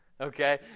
okay